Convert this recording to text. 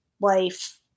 life